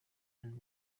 and